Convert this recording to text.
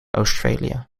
australia